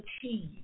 cheese